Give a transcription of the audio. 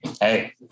hey